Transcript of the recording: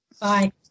Bye